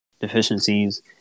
deficiencies